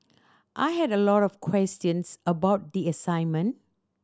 I had a lot of questions about the assignment